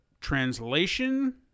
translation